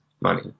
money